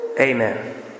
Amen